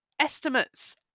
estimates